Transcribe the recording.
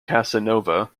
casanova